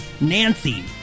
Nancy